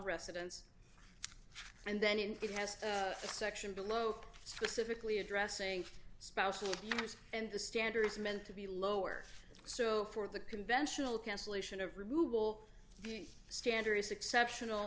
residents and then in it has a section below specifically addressing spousal abuse and the standard is meant to be lower so for the conventional cancellation of removal the standard is exceptional